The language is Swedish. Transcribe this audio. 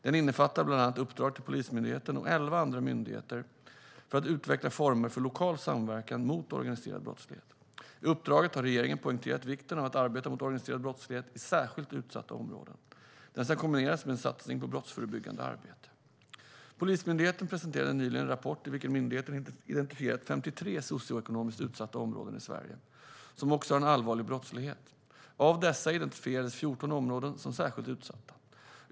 Den innefattar bland annat uppdrag till Polismyndigheten och elva andra myndigheter att utveckla former för lokal samverkan mot organiserad brottslighet. I uppdraget har regeringen poängterat vikten av att arbeta mot organiserad brottslighet i särskilt utsatta områden. Detta ska kombineras med en satsning på brottsförebyggande arbete. Polismyndigheten presenterade nyligen en rapport i vilken myndigheten identifierat 53 socioekonomiskt utsatta områden i Sverige som också har en allvarlig brottslighet. Av dessa identifieras 14 områden som särskilt utsatta.